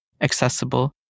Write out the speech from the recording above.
accessible